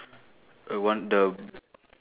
a one the